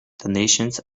donations